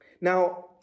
Now